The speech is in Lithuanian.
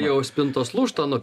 jau spintos lūžta nuo